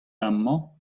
amañ